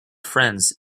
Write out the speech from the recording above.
friends